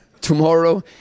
Tomorrow